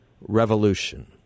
revolution